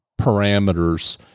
parameters